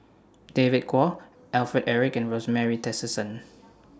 David Kwo Alfred Eric and Rosemary Tessensohn